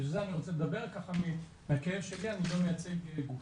ולכן אני רוצה לדבר מהכאב שלי, אני לא מייצג גוף.